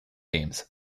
teams